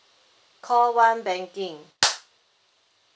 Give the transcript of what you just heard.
call one banking